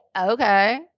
Okay